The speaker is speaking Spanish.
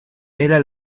era